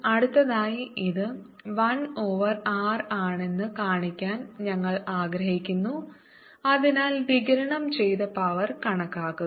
അടുത്തതായി ഇത് 1 over r ആണെന്ന് കാണിക്കാൻ ഞങ്ങൾ ആഗ്രഹിക്കുന്നു അതിനാൽ വികിരണം ചെയ്ത പവർ കണക്കാക്കുക